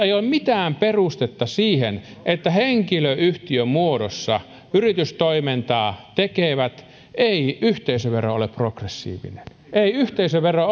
ei ole mitään perustetta siihen että henkilöyhtiömuodossa yritystoimintaa tekevät ei yhteisövero ole progressiivinen ei yhteisövero